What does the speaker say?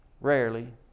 rarely